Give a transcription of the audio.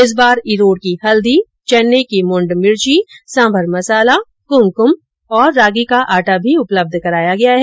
इस बार इरोड़ की हल्दी चैन्नई की मुण्ड मिर्ची सांभर मसाला कुंक्म रागी का आटा भी उपलब्ध कराया गया है